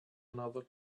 another